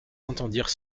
entendirent